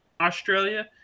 australia